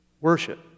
worship